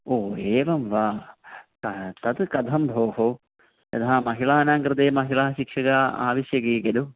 ओ एवं वा तत् कथं भोः यदा महिलानां कृते महिलाशिक्षका आवश्यकी खलु